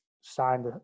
signed